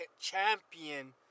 champion